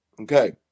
Okay